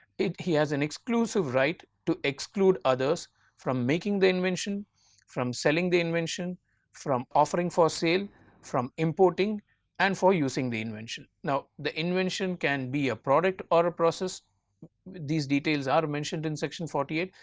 he has an exclusive right to exclude others from making the invention from selling the invention from offering for sale from importing and for using the invention now the invention can be a product or a process these details are mentioned in section forty eight,